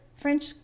French